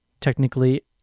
technically